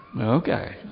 Okay